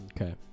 Okay